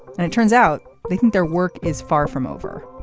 and it turns out they think their work is far from over.